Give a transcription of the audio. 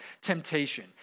temptation